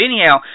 anyhow